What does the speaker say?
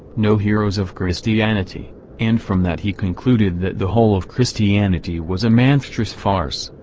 no heroes of christianity and from that he concluded that the whole of christianity was a monstrous farce,